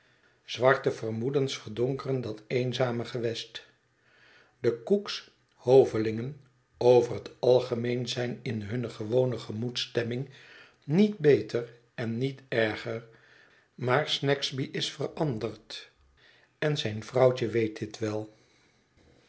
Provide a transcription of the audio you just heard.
zwarte vermoedens verdonkeren dat vreedzame gewest de cook's hovelingen over het algemeen zijn in hunne gewone gemoedsstemming niet beter en niet erger maar snagsby is veranderd en zijn vrouwtje weet dit wel